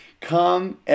Come